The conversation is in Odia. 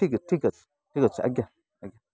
ଠିକ୍ ଠିକ୍ ଅଛି ଠିକ୍ ଅଛି ଆଜ୍ଞା ଆଜ୍ଞା